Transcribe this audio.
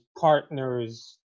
partners